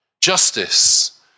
Justice